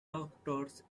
doctors